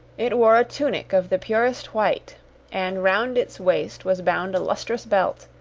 it wore a tunic of the purest white and round its waist was bound a lustrous belt,